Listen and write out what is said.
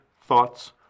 thoughts